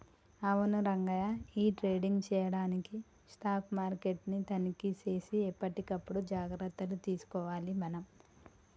అవును రంగయ్య ఈ ట్రేడింగ్ చేయడానికి స్టాక్ మార్కెట్ ని తనిఖీ సేసి ఎప్పటికప్పుడు జాగ్రత్తలు తీసుకోవాలి మనం